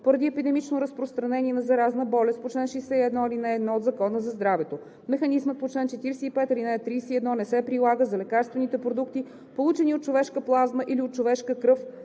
поради епидемично разпространение на заразна болест по чл. 61, ал. 1 от Закона за здравето, механизмът по чл. 45, ал. 31 не се прилага за лекарствените продукти, получени от човешка плазма или от човешка